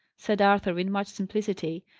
said arthur, in much simplicity.